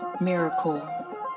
miracle